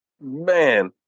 Man